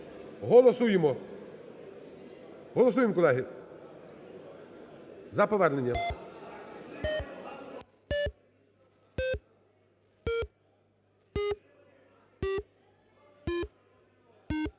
Голосуємо! Голосуємо, колеги, за повернення.